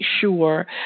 sure